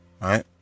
right